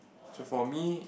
so for me